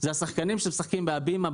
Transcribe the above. אלה השחקנים שמשחקים בהבימה,